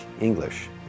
English